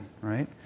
Right